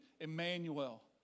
Emmanuel